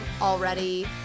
already